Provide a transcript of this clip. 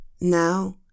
Now